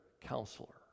counselor